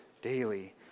daily